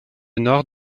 nord